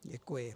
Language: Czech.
Děkuji.